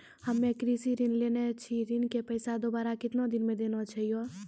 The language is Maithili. हम्मे कृषि ऋण लेने छी ऋण के पैसा दोबारा कितना दिन मे देना छै यो?